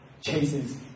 chases